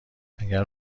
اگه